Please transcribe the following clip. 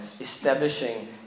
establishing